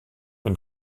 been